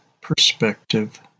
perspective